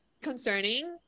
concerning